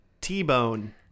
t-bone